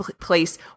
place